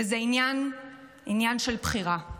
וזה עניין של בחירה.